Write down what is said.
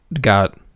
got